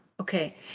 Okay